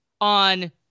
on